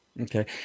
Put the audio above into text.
Okay